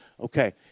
Okay